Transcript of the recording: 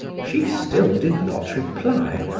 she still did not reply,